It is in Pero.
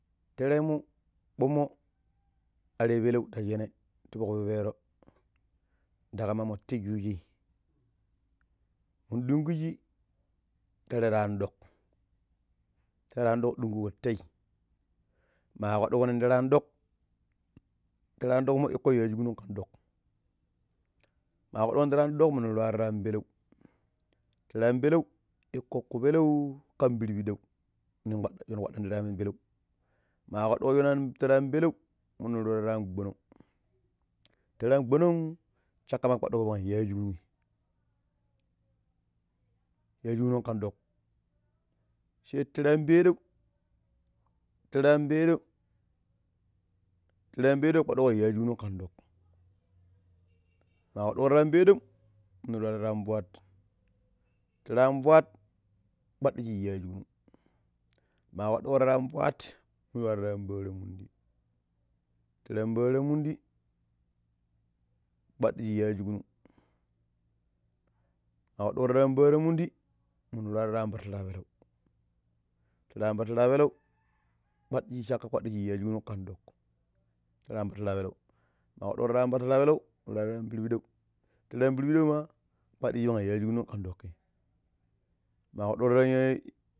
﻿Teremu kbumo are peneu ta shene ta foƙ pipero nda ƙamamo te shojei min ɗunguji ta tere an ɗoƙ, tere anɗoƙ dunguko tei ma kpaduƙo nin tere an dok tere an dokmo iƙƙo yashi kunun ƙan ɗoƙ ma kpaduƙonin tere anɗoƙ minu rwa terean peleu tere an peleu iƙƙo ƙupeleu ƙan pirpibidau minu ƙpadu nin kpadan tere an pelau ma kwadugo tere ann pelau munu ru tere an angbonong, tere angbonong caƙƙai kpaƙuƙo pang yajukunun yajukukuk ƙan ɗoƙi. She tere an pedeu, tere anpeɗue kpaɗuƙo tere an pedau kwadugo yashi kunung kan ɗoƙ ma kpaɗugo tere an pedau minu ru, tere an fwat, tere an fwat kwadishi yashukunung. Ma kwadugo tere anfwat ru tere anpattira̱n mundi tere an pattiran mundi kpadiji yajukunung ma ƙpadɗuƙe tere an patiran mindi nnuma ru tere an patirapelu tere an patira pelau kpaɗiji shaka kpaɗiji yajukunung kan ɗoƙ tere an patira peleu ma kpaɗuƙo nin tere and patira palau mu tere an patira peleu minu nuwa tere an pirpiɗaui tere an prpiɗauma ƙpadiji yajukunung kan ɗoƙi ma kwadugo renree